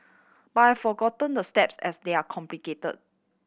but I forgotten the steps as they are complicated